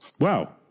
wow